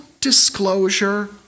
disclosure